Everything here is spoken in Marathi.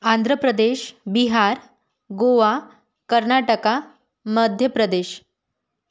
आंध्र प्रदेश बिहार गोवा कर्नाटक मध्य प्रदेश